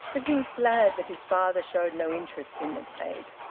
but he was glad that his father showed no interest in the debate.